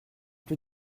plus